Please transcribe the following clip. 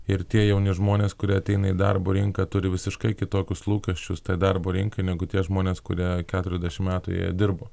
ir tie jauni žmonės kurie ateina į darbo rinką turi visiškai kitokius lūkesčius toj darbo rinkoj negu tie žmonės kurie keturiasdešim metų joje dirbo